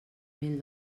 mil